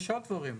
יש עוד דברים.